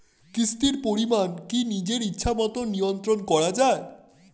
কিস্তির পরিমাণ কি নিজের ইচ্ছামত নিয়ন্ত্রণ করা যায়?